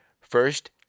first